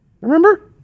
Remember